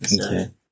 Okay